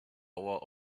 hour